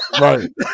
Right